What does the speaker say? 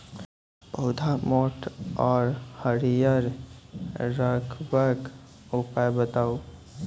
पौधा मोट आर हरियर रखबाक उपाय बताऊ?